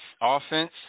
offense